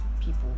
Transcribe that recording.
people